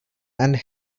and